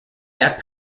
that